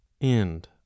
End